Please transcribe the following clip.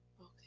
okay